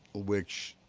ah which